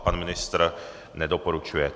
Pan ministr nedoporučuje.